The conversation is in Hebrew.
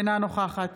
אינה נוכחת